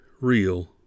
real